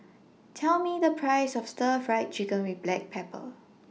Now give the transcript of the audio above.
Tell Me The Price of Stir Fried Chicken with Black Pepper